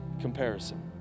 comparison